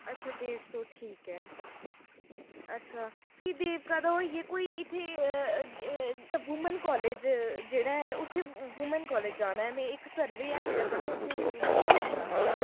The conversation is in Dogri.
अच्छा डेढ़ सौ ठीक ऐ अच्छा फ्ही देवका दा होइयै कोई इत्थै वुमैन कालेज जेह्ड़ा ऐ उत्थै वुमैन कालेज जाना ऐ में इक सर बी ऐ मेरे कन्नै उत्थै वुमैन कालेज जाना ऐ